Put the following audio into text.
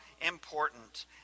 important